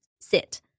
sit